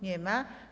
Nie ma.